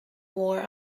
war